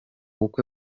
bukwe